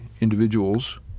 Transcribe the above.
individuals